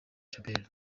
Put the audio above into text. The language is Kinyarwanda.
djabel